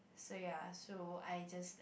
so ya so I just